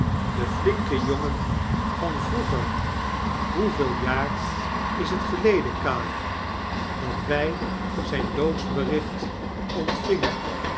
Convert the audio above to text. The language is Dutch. de flinke jongen van vroeger hoeveel jaar is het geleden caleb dat wij zijn doodsbericht ontvingen